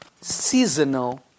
seasonal